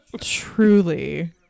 Truly